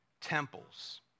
temples